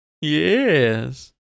Yes